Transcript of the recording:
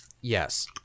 Yes